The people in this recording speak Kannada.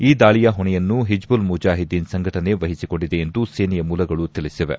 ಈ ದಾಳಿಯ ಹೊಣೆಯನ್ನು ಹಿಜ್ಲಲ್ ಮುಜಾಹಿದ್ದೀನ್ ಸಂಘಟನೆ ವಹಿಸಿಕೊಂಡಿದೆ ಎಂದು ಸೇನೆಯ ಮೂಲಗಳು ತಿಳಿಸಿವೆ